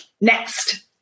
Next